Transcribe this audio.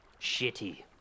shitty